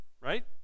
right